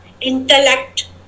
intellect